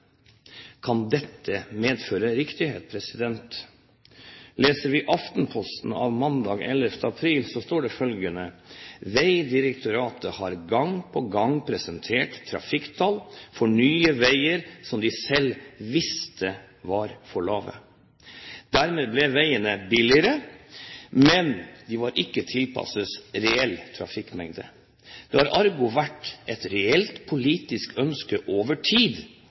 Kan dette medføre riktighet? Leser vi Aftenposten av mandag 11. april, ser vi at det står følgende: «Vegdirektoratet har gang på gang presentert trafikktall for nye veier som de selv visste var for lave. Dermed ble veiene billigere, men ikke tilpasset reell trafikkmengde.» Ergo har det vært et reelt politisk ønske over tid